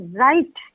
right